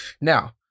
Now